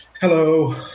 hello